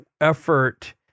effort